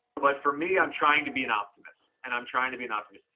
but for me, i'm trying to be an optimist, and i'm trying to be an optimist.